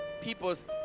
People's